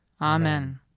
Amen